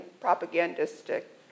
propagandistic